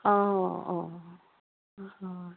অ অ